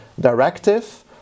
directive